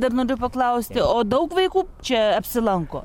dar noriu paklausti o daug vaikų čia apsilanko